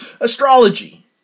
astrology